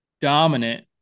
dominant